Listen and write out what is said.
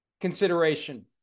consideration